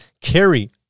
carry